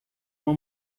uma